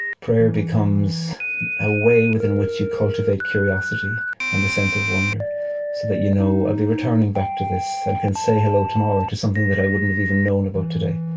prayer becomes a way within which you cultivate curiosity and the sense of wonder. so that, you know, i'll be returning back to this and can say hello tomorrow to something that i wouldn't have even known about today.